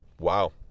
wow